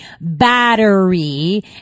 battery